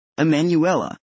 Emanuela